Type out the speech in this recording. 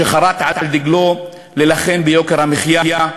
שחרת על דגלו להילחם ביוקר המחיה,